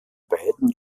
beiden